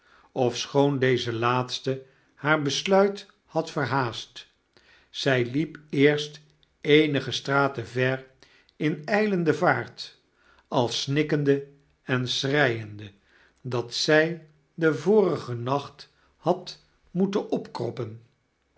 ofschoon deze laatste haar besluit had verhaast zy liep eerst eenige straten ver in ijlende vaart al snikkende eri schreiende dat zy den vorigen nacht had moeten opkroppen